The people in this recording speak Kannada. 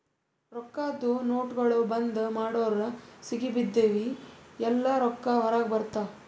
ರೊಕ್ಕಾದು ನೋಟ್ಗೊಳ್ ಬಂದ್ ಮಾಡುರ್ ಸಿಗಿಬಿದ್ದಿವ್ ಎಲ್ಲಾ ರೊಕ್ಕಾ ಹೊರಗ ಬರ್ತಾವ್